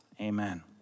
Amen